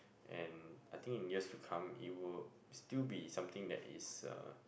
and I think in years to come it will still be something that is uh